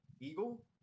Eagle